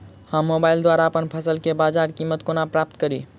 हम मोबाइल द्वारा अप्पन फसल केँ बजार कीमत कोना प्राप्त कड़ी?